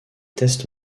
test